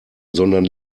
sondern